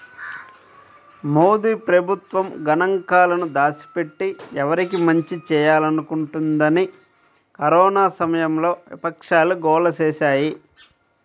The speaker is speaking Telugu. మోదీ ప్రభుత్వం గణాంకాలను దాచిపెట్టి, ఎవరికి మంచి చేయాలనుకుంటోందని కరోనా సమయంలో విపక్షాలు గోల చేశాయి